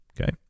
Okay